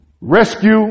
rescue